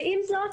ועם זאת,